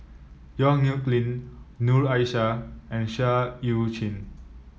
Yong Nyuk Lin Noor Aishah and Seah Eu Chin